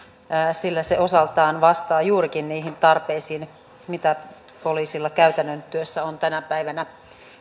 sillä se osaltaan vastaa juurikin niihin tarpeisiin mitä poliisilla käytännön työssä on tänä päivänä